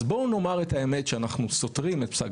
אז בואו נאמר את האמת שאנחנו סותרים את פסק